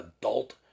adult